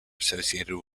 associated